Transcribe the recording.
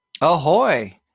Ahoy